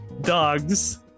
dogs